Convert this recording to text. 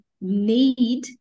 need